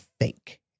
fake